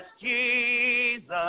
Jesus